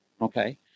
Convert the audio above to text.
Okay